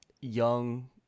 young